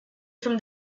from